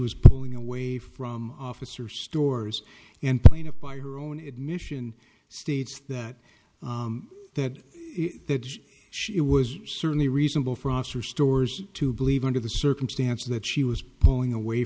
was pulling away from officer stores and plaintiff by her own admission states that that that she it was certainly reasonable for officer stores to believe under the circumstance that she was pulling away